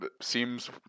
Seems